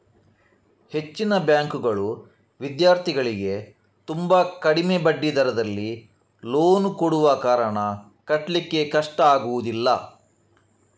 ಹೆಚ್ಚಿನ ಬ್ಯಾಂಕುಗಳು ವಿದ್ಯಾರ್ಥಿಗಳಿಗೆ ತುಂಬಾ ಕಡಿಮೆ ಬಡ್ಡಿ ದರದಲ್ಲಿ ಲೋನ್ ಕೊಡುವ ಕಾರಣ ಕಟ್ಲಿಕ್ಕೆ ಕಷ್ಟ ಆಗುದಿಲ್ಲ